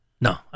No